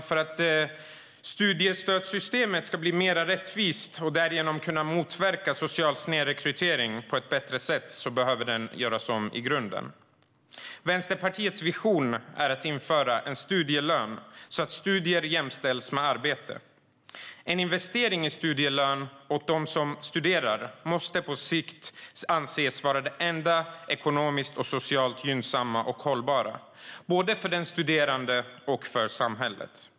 För att studiestödssystemet ska bli mer rättvist och därigenom kunna motverka social snedrekrytering på ett bättre sätt behöver det göras om i grunden. Vänsterpartiets vision är att införa en studielön så att studier jämställs med arbete. En investering i studielön åt dem som studerar måste på sikt anses vara det enda som är ekonomiskt och socialt gynnsamt och hållbart både för den studerande och för samhället.